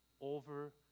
over